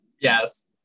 Yes